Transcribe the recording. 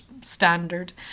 standard